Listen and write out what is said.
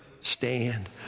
Stand